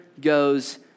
goes